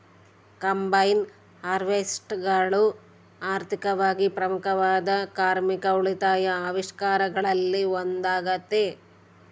combine ಹಾರ್ವೆಸ್ಟರ್ಗಳು ಆರ್ಥಿಕವಾಗಿ ಪ್ರಮುಖವಾದ ಕಾರ್ಮಿಕ ಉಳಿತಾಯ ಆವಿಷ್ಕಾರಗಳಲ್ಲಿ ಒಂದಾಗತೆ